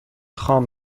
خام